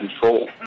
control